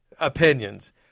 opinions